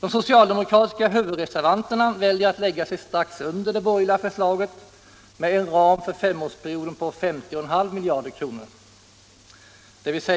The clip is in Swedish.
De socialdemokratiska huvudreservanterna väljer att lägga sig strax under det borgerliga förslaget med en ram för femårsperioden på 50,5 miljarder kronor, dvs.